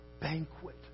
banquet